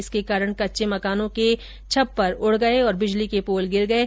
इसके कारण कच्चे मकानों के छप्पर उड गये और बिजली के पोल गिर गये